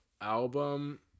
Album